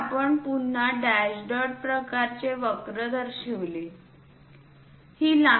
तर आपण पुन्हा डॅश डॉट प्रकारचे वक्र दर्शवले